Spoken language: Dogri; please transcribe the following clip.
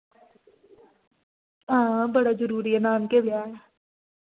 हां बड़ा जरुरी ऐ नानके ब्याह् ऐ